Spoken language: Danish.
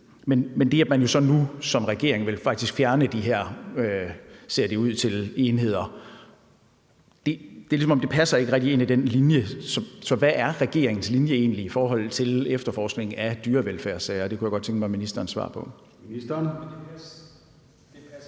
Men det, at man jo så nu som regering faktisk vil fjerne de her enheder, ser det ud til, er, ligesom om det ikke rigtig passer ind i den linje. Så hvad er regeringens linje egentlig i forhold til efterforskningen af dyrevelfærdssager? Det kunne jeg godt tænke mig ministerens svar på. Kl. 13:42 Formanden